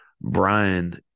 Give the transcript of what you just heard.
Brian